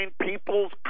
people's